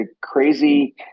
crazy